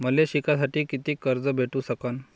मले शिकासाठी कितीक कर्ज भेटू सकन?